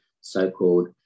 so-called